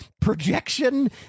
projection